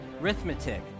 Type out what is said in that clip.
Arithmetic